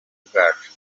bwacu